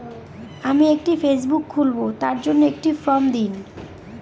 আমি একটি ফেসবুক খুলব তার জন্য একটি ফ্রম দিন?